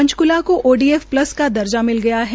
पंचक्ला को ODF plus का दर्जा मिल गया है